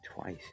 twice